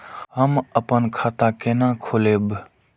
हम अपन खाता केना खोलैब?